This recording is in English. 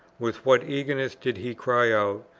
with what eagerness did he cry out,